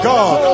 God